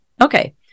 Okay